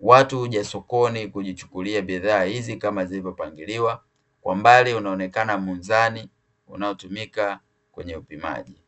watu hujasokoni kujichukulia bidhaa hizi kama zilivyopangiliwa, kwa mbali unaoneka mzani unatumika kwenye upimaji.